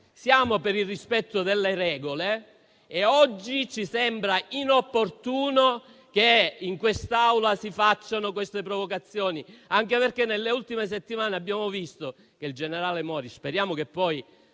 Siamo per il rispetto delle regole e oggi ci sembra inopportuno che in quest'Aula si facciano queste provocazioni, anche perché nelle ultime settimane abbiamo visto che il generale Mori è indagato dalla